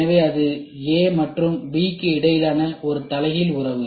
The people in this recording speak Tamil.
எனவே இது A மற்றும் B க்கு இடையிலான ஒரு தலைகீழ் உறவு